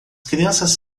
crianças